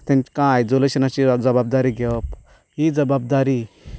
तेंकां आयजोलेशनाची जबाबदारी घेवप ही जबाबदारी